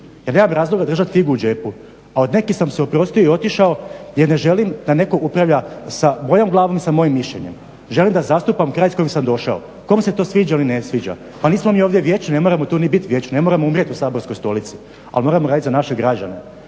jer nemam razloga držati figu u džepu. A od nekih sam se oprostio i otišao jer ne želim da netko upravlja sa mojom glavom i sa mojim mišljenjem. Želim da zastupam kraj iz kojeg sam došao. Kome se tome sviđa ili ne sviđa? Pa nismo mi ovdje vječno ne moramo tu ni biti vječno, ne moramo umrijeti u saborskoj stolici ali moramo raditi za naše građane.